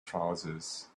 trousers